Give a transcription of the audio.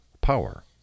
power